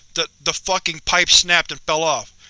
the the fucking pipes snapped and fell off.